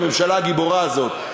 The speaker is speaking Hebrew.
הממשלה הגיבורה הזאת.